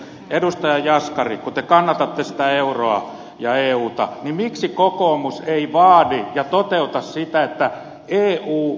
edustaja jaskari kun te kannatatte sitä euroa ja euta niin miksi kokoomus ei vaadi ja toteuta sitä että eu noudattaa omia sääntöjään